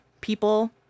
people